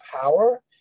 power